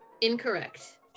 incorrect